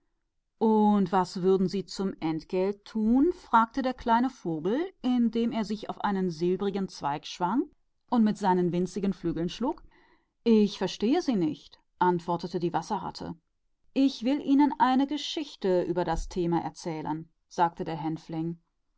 und was würden sie ihm dafür bieten sagte der kleine vogel indem er sich auf ein silbriges ästchen schwang und mit den flügeln wippte ich versteh sie nicht antwortete der wasserratz ich will ihnen eine geschichte darüber erzählen sagte der